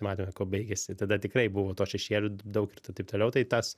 matėt kuo baigėsi tada tikrai buvo to šešėlio daug ir taip toliau tai tas